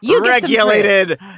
regulated